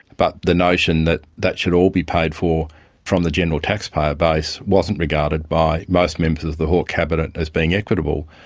but the notion that that should all be paid for from the general taxpayer base wasn't regarded by most members of the hawke cabinet as being equitable.